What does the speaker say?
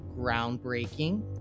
groundbreaking